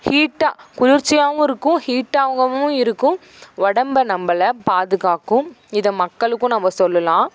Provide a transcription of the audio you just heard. ஹீட்டாக குளிர்ச்சியாகவும் இருக்கும் ஹீட்டாகவும் இருக்கும் உடம்ப நம்மள பாதுகாக்கும் இத மக்களுக்கும் நம்ம சொல்லலாம்